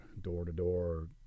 door-to-door